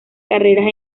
carreras